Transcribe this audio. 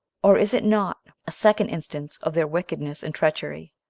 or is it not a second instance of their wickedness and treachery?